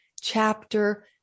chapter